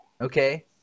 okay